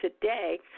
today